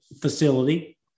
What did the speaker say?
facility